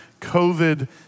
COVID